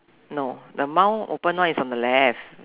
no the mouth open lah is on the left